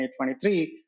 2023